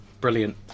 Brilliant